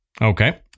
Okay